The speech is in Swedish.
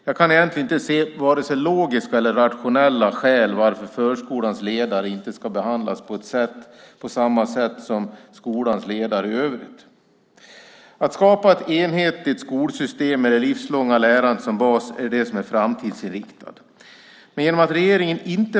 Jag kan egentligen inte se vare sig logiska eller rationella skäl till varför förskolans ledare inte ska behandlas på samma sätt som skolans ledare i övrigt. Att skapa ett enhetligt skolsystem med det livslånga lärandet som bas är framtidsinriktat.